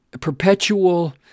perpetual